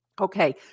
Okay